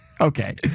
Okay